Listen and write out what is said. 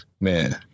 man